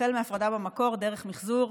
החל מהפרדה במקור דרך מחזור.